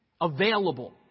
Available